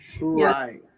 Right